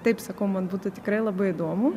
taip sakau man būtų tikrai labai įdomu